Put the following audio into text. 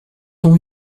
ton